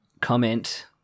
comment